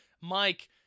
Mike